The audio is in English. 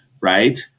Right